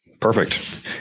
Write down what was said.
Perfect